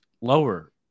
lower